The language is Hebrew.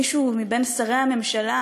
מישהו מבין שרי הממשלה